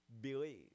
believe